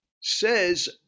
says